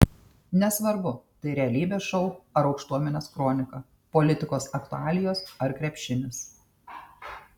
nesvarbu tai realybės šou ar aukštuomenės kronika politikos aktualijos ar krepšinis